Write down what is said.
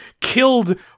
killed